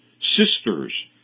sisters